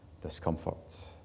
discomfort